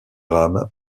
rame